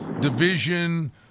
division